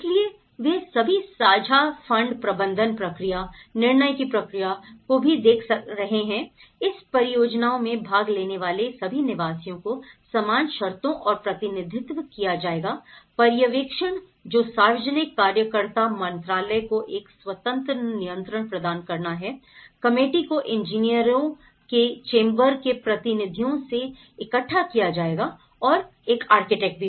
इसलिए वे सभी साझा फंड प्रबंधन प्रक्रिया निर्णय की प्रक्रिया को भी देख रहे हैं इस परियोजना में भाग लेने वाले सभी निवासियों को समान शर्तों और प्रतिनिधित्व किया जाएगा पर्यवेक्षण जो सार्वजनिक कार्यकर्ता मंत्रालय को एक स्वतंत्र नियंत्रण प्रदान करना है कमेटी को इंजीनियरों के चैंबर के प्रतिनिधियों से इकट्ठा किया जाएगा और एक आर्किटेक्ट